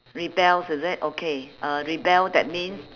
rebel is it okay uh rebel that means